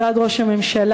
משרד ראש הממשלה,